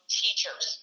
teachers